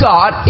God